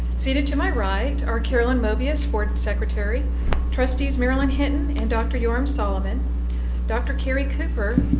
seated to my right are carrolyn moebius, board secretary trustees marilyn hinton and dr. yoram solomon dr. kary cooper,